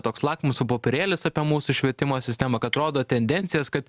toks lakmuso popierėlis apie mūsų švietimo sistemą kad rodo tendencijas kad